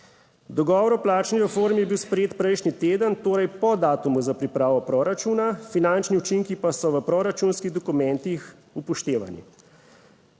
Dogovor o plačni reformi je bil sprejet prejšnji teden, torej po datumu za pripravo proračuna, finančni učinki pa so v proračunskih dokumentih upoštevani.